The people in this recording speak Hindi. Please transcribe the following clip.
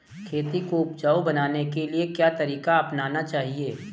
खेती को उपजाऊ बनाने के लिए क्या तरीका अपनाना चाहिए?